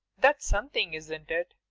that's something, isn't it?